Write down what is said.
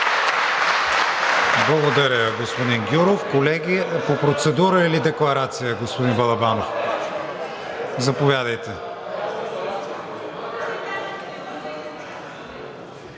Благодаря, господин Гюров. Колеги, по процедура или декларация, господин Балабанов? Заповядайте.